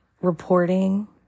reporting